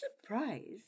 surprise